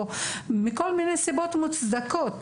מכל מיני סיבות מוצדקות,